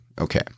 Okay